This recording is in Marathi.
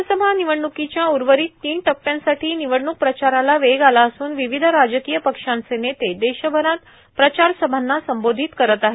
लोकसभा निवडन्कीच्या उर्वरित तीन टप्प्यांसाठी निवडणूक प्रचाराला वेग आला असून विविध राजकीय पक्षांचे नेते देशभरात प्रचार सभांना संबोधित करत आहेत